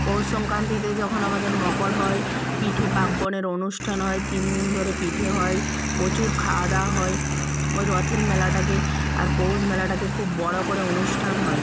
পৌষ সংক্রান্তিতে যখন আমাদের মকর হয় পিঠে পার্বণের অনুষ্ঠান হয় তিন দিন ধরে পিঠে হয় প্রচুর খাওয়া দাওয়া হয় ওই রথের মেলাটাকে আর পৌষ মেলাটাকে খুব বড়ো করে অনুষ্ঠান হয়